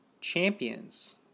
Champions